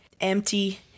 empty